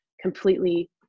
completely